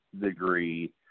degree